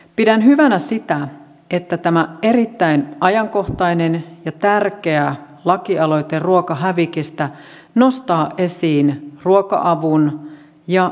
pidän hyvänä sitä että tämä erittäin ajankohtainen ja tärkeä lakialoite ruokahävikistä nostaa esiin ruoka avun ja ympäristönäkökulman